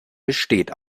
besteht